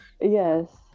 Yes